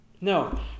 No